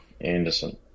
Anderson